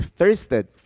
thirsted